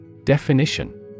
Definition